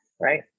right